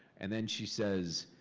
and then she says,